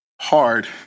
hard